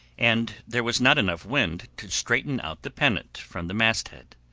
and there was not enough wind to straighten out the pennant from the masthead.